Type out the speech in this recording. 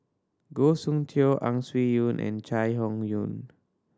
Goh Soon Tioe Ang Swee Aun and Chai Hon Yoong